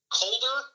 colder